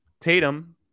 Tatum